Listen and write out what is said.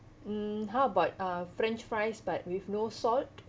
mm how about uh french fries but with no salt